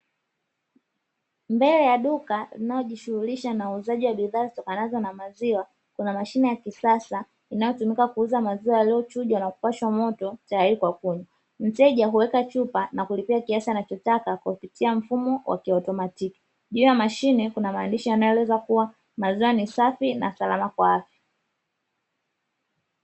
Mbele ya duka linalojishughulisha na uuzaji wa bidhaa zitokanazo na maziwa, kuna mashine ya kisasa inayotumika kuuza maziwa, yaliyochujwa na kupashwa moto, tayari kwa kunywa. Mteja huweka chupa na kulipia kiasi anachotaka kwa kupitia mfumo wa kiautomatiki. Juu ya mashine kuna maandishi yanayoeleza kuwa maziwa ni safi na salama.